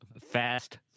fast